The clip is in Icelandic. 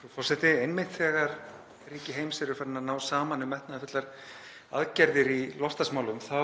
Frú forseti. Einmitt þegar ríki heims eru farin að ná saman um metnaðarfullar aðgerðir í loftslagsmálum þá